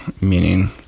Meaning